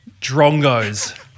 drongos